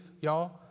y'all